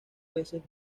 veces